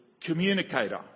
communicator